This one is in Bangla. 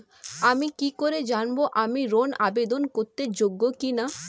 আমি কি করে জানব আমি ঋন আবেদন করতে যোগ্য কি না?